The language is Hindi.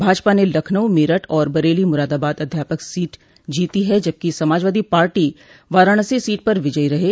भाजपा ने लखनऊ मेरठ और बरेली मुरादाबाद अध्यापक सीट जीती हैं जबकि समाजवादी पार्टी वाराणसी सीट पर विजयी रही